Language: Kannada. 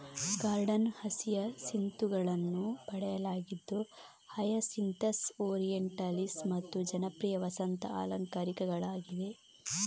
ಗಾರ್ಡನ್ ಹಸಿಯಸಿಂತುಗಳನ್ನು ಪಡೆಯಲಾಗಿದ್ದು ಹಯಸಿಂಥಸ್, ಓರಿಯೆಂಟಲಿಸ್ ಮತ್ತು ಜನಪ್ರಿಯ ವಸಂತ ಅಲಂಕಾರಿಕಗಳಾಗಿವೆ